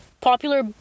Popular